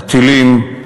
הטילים,